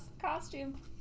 costume